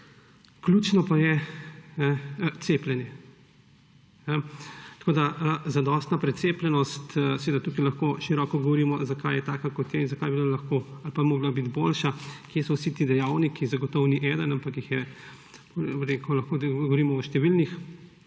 Ključno pa je cepljenje, zadostna precepljenost. Tukaj lahko široko govorimo, zakaj je taka, kot je, in zakaj bi bila lahko ali pa bi morala biti boljša, kje so vsi ti dejavniki. Zagotovo ni eden, ampak lahko govorimo o številnih